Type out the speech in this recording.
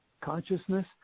consciousness